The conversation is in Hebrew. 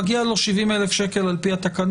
מגיע לו 70,000 שקלים על פי התקנות,